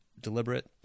deliberate